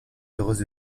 heureuse